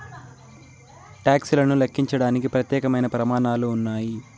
talks లను లెక్కించడానికి ప్రత్యేకమైన ప్రమాణాలు ఉన్నాయి